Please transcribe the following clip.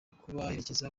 kubaherekeza